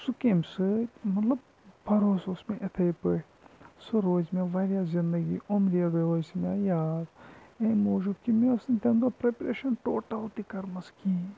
سُہ کمہِ سۭتۍ مطلب بروسہٕ اوس مےٚ یِتھَے پٲٹھۍ سُہ روزِ مےٚ واریاہ زنٛدگی عُمرِ روزِ مےٚ یاد أمۍ موٗجوب کہِ مےٚ اوس نہٕ تمہِ دۄہ پرٛٮ۪یپریشن ٹوٹل تہِ کٔرمٕژ کِہیٖنۍ